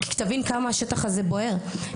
שתבין כמה השטח הזה בוער,